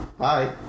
Hi